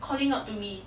calling out to me